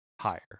higher